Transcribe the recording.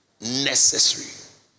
necessary